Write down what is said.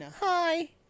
Hi